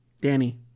Danny